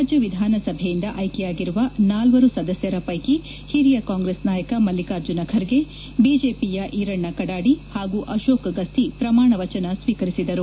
ರಾಜ್ಯ ವಿಧಾನಸಭೆಯಿಂದ ಆಯ್ಕೆ ಯಾಗಿರುವ ನಾಲ್ವರು ಸದಸ್ಯರ ಪೈಕಿ ಹಿರಿಯ ಕಾಂಗ್ರೆಸ್ ನಾಯಕ ಮಲ್ಲಿಕಾರ್ಜುನ ಖರ್ಗೆ ಬಿಜೆಪಿಯ ಈರಣ್ಣ ಕಡಾಡಿ ಹಾಗೂ ಅಶೋಕ್ ಗಸ್ತಿ ಪ್ರಮಾಣವಚನ ಸ್ವೀಕರಿಸಿದರು